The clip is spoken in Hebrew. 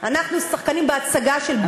אנחנו שחקנים בהצגה של ביבי נתניהו,